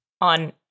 on